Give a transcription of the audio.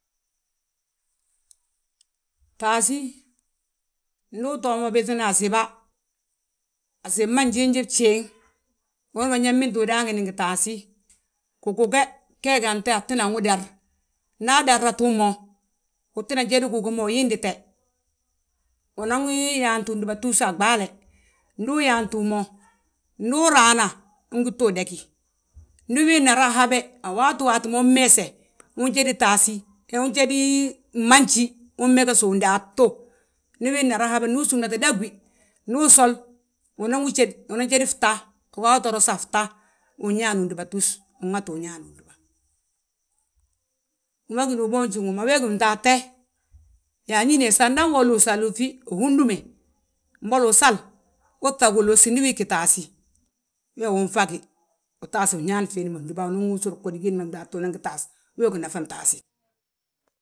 Taasí, ndu utoo mo buŧina asiba, asib ma njiinji bjéeŋ. Umanan yaa mbintu udaangini ngi taasí, giguge gee gi antéy atinan wi dar, nda adarnatu mo. Utinan jédi gugu ma uyindite, unan wi yaanti undúbatus, a ɓaale. Ndu uyaantu mo, ndu uraana, untita wi dagí, ndi win raa habe. A waati waati ma ummeese, ujédi taasí, unjédi mbanjí, ummegesiwi undaatu. Ndi wii nna raa habe, ndu usúmnate dagíwi, ndu usol, unan wi jéd, unan jédi fta, ugawi to ros a fta, wu ñaan undúbatus, win ŋatu uñaane undúba. Wi ma gíni uboonji wi ma, we gí fntaste, anín he san dango uluusi alúŧi, uhúdume, mbolo usal. Uu ŧŧag wiloosi ndi wii ggí taasí, wee wi unŧagi, utaasi fnñaani fiindi ma fndúba, unan wusur ghódi giindi ma gdaatu unan gi taas, wee gí nafan taasí.